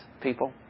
people